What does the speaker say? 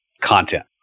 content